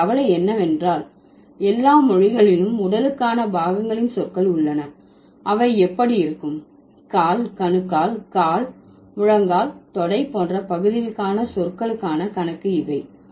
இப்போது கவலை என்னவென்றால் எல்லா மொழிகளிலும் உடலுக்கான பாகங்களின் சொற்கள் உள்ளன அவை எப்படி இருக்கும் கால் கணுக்கால் கால் முழங்கால் தொடை போன்ற பகுதிகளுக்கான சொற்களுக்கான கணக்கு இவை